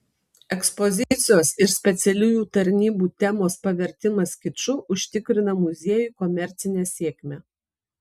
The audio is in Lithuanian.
ekspozicijos ir specialiųjų tarnybų temos pavertimas kiču užtikrina muziejui komercinę sėkmę